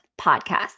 podcast